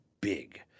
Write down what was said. big